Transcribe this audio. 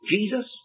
Jesus